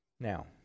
Now